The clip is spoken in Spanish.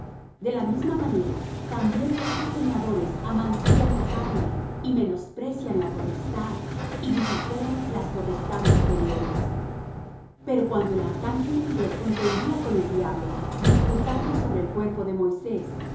de la misma manera también estos soñadores amancillan la carne y menosprecian la potestad y vituperan las potestades superiores pero cuando el arcángel miguel contendía con el diablo disputando sobre el cuerpo de moisés